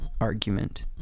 argument